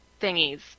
thingies